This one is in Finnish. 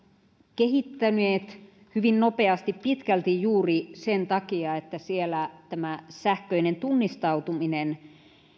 kehittyneet hyvin nopeasti pitkälti juuri sen takia että siellä tämä sähköinen tunnistautuminen